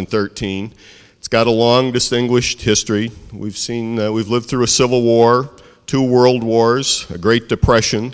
and thirteen it's got a long distinguished history we've seen that we've lived through a civil war two world wars a great depression